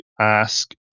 ask